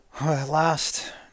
last